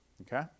okay